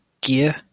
gear